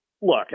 Look